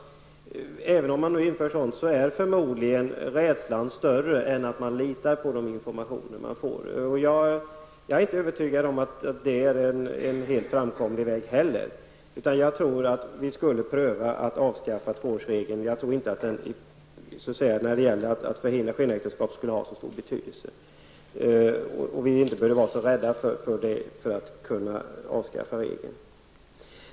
Även om man gör så är förmodligen rädslan större, vilket gör att man inte litar på den information man får. Jag är inte övertygad om att det är en framkomlig väg. Jag tror i stället att vi skulle behöva avskaffa tvåårsregeln. När det gäller att förhindra skenäktenskap tror jag inte att den har så stor betydelse. Vi behöver nog inte vara så rädda för att avskaffa regeln.